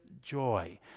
joy